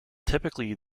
typically